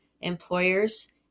employers